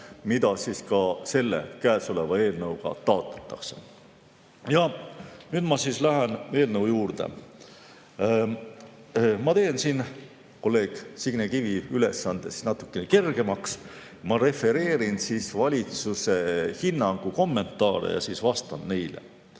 mida ka selle eelnõuga taotletakse. Ja nüüd ma lähen eelnõu juurde. Ma teen kolleeg Signe Kivi ülesande natukene kergemaks: ma refereerin valitsuse hinnangu kommentaare ja siis vastan neile.